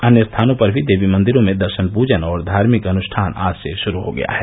अन्य स्थानों पर भी देवी मंदिरों में दर्षन पूजन और धार्मिक अनुश्ठान आज से षुरू हो गया है